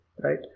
right